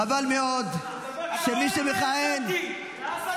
חבל מאוד שמי שמכהן -- אתה רואה למה יצאתי?